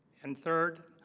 and third